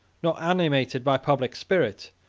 nor animated by public spirit,